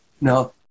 Now